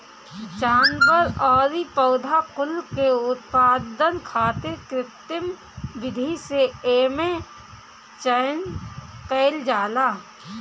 जानवर अउरी पौधा कुल के उत्पादन खातिर कृत्रिम विधि से एमे चयन कईल जाला